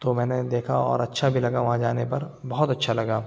تو میں نے دیکھا اور اچھا بھی لگا وہاں جانے پر بہت اچھا لگا